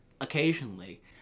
occasionally